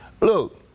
look